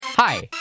Hi